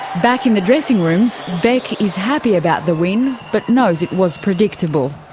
back in the dressing rooms, bec is happy about the win, but knows it was predictable.